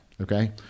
Okay